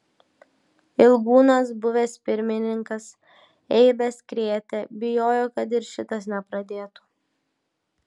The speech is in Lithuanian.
ilgūnas buvęs pirmininkas eibes krėtė bijojo kad ir šitas nepradėtų